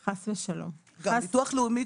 חס ושלום --- ביטוח לאומי,